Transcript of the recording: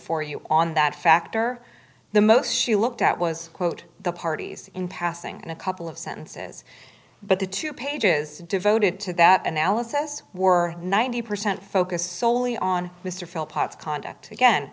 for you on that factor the most she looked at was quote the parties in passing and a couple of sentences but the two pages devoted to that analysis were ninety percent focused solely on mr